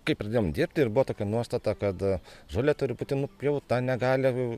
kai pradėjom dirbti ir buvo tokia nuostata kad žolė turi būti nupjauta negali